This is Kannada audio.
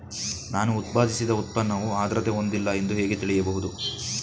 ನಾನು ಉತ್ಪಾದಿಸಿದ ಉತ್ಪನ್ನವು ಆದ್ರತೆ ಹೊಂದಿಲ್ಲ ಎಂದು ಹೇಗೆ ತಿಳಿಯಬಹುದು?